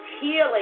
healing